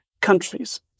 Countries